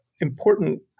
important